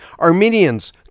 Armenians